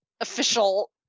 official